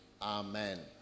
Amen